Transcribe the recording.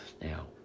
Now